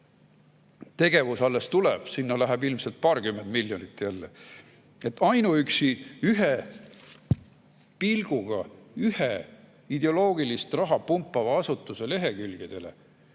Tegevus alles tuleb, sinna läheb ilmselt paarkümmend miljonit jälle. Ainuüksi ühe pilguga ühe ideoloogilist raha pumpava asutuse lehekülgedele